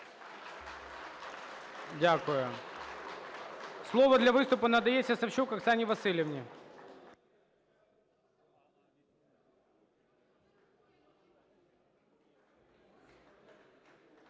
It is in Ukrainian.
Дякую. Слово для виступу надається Савчук Оксані Василівні.